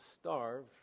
starve